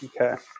Okay